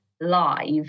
live